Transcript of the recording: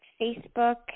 Facebook